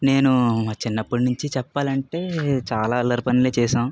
నేను మా చిన్నప్పటినుంచి చెప్పాలంటే చాలా అల్లరి పనులే చేశాం